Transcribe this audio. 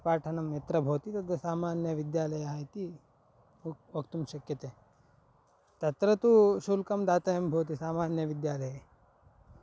पाठनं यत्र भवति तद् सामान्यविद्यालयः इति वक् वक्तुं शक्यते तत्र तु शुल्कं दातव्यं भवति सामान्यविद्यालये